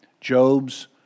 Job's